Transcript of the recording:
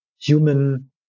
human